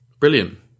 Brilliant